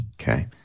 Okay